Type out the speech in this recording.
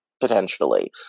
potentially